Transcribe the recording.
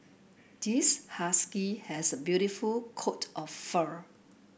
this husky has a beautiful coat of fur